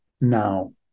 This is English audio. now